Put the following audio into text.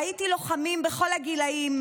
ראיתי לוחמים בכל הגילים,